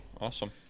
Awesome